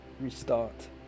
restart